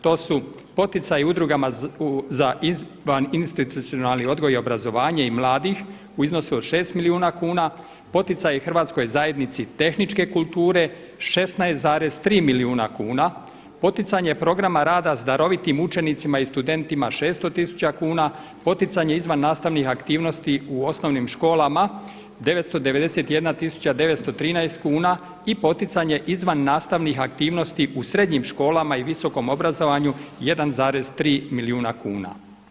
To su poticaji udrugama za izvaninstitucionalni odgoj i obrazovanje mladih u iznosu od 6 milijuna kuna, poticaji Hrvatskoj zajednici tehničke kulture 16,3 milijuna kuna, poticanje programa rada sa darovitim učenicima i studentima 600 tisuća kuna, poticanje izvan nastavnih aktivnosti u osnovnim školama 991 tisuća 913 kuna i poticanje izvan nastavnih aktivnosti u srednjim školama i visokom obrazovanju 1,3 milijuna kuna.